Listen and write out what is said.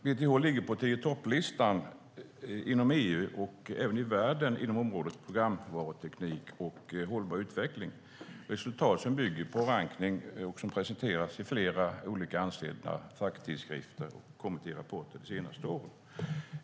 BTH ligger på tio-i-topp-listan i EU och även i världen inom området programvaruteknik och hållbar utveckling. Det är resultat som bygger på rankning och har presenterats i flera olika ansedda facktidskrifter och rapporter under senare år.